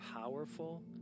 powerful